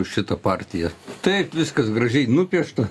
už šitą partiją taip viskas gražiai nupiešta